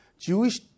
Jewish